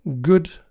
good